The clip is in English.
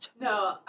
No